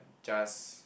just